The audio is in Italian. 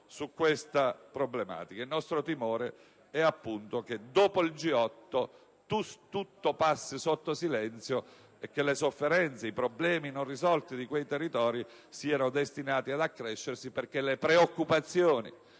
a tale problematica. Il nostro timore, ripeto, è che dopo il G8 tutto passi sotto silenzio e che le sofferenze e i problemi non risolti di quei territori siano destinati ad accrescersi. Le preoccupazioni